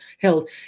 held